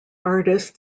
artist